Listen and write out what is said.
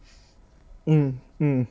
嗯嗯